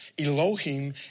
Elohim